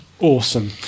awesome